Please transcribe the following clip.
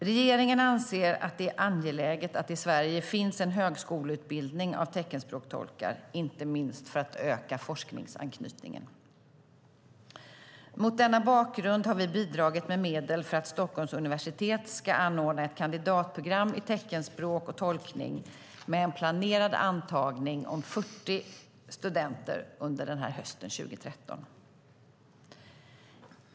Regeringen anser att det är angeläget att det i Sverige finns en högskoleutbildning av teckenspråkstolkar, inte minst för att öka forskningsanknytningen. Mot denna bakgrund har vi bidragit med medel för att Stockholms universitet ska anordna ett kandidatprogram i teckenspråk och tolkning med en planerad antagning om 40 studenter hösten 2013.